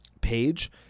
page